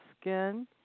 skin